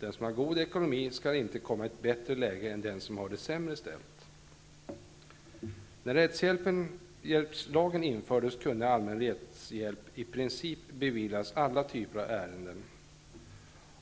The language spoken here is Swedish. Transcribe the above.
Den som har god ekonomi skall inte komma i ett bättre läge än den som har det sämre ställt. När rättshjälpslagen infördes kunde allmän rättshjälp i princip beviljas i alla typer av ärenden.